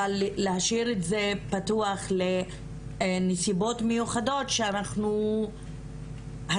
אבל להשאיר את זה פתוח ל"נסיבות מיוחדות" כשהרבה